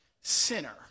sinner